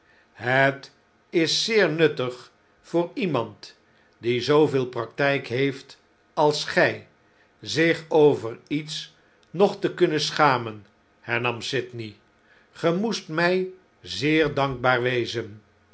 het is zeer nuttig voor iemand die zooveel praktjjk heeft als gij zich over iets nog te kunnen schamen hernam sydney ge moestmij zeer dankbaar wezen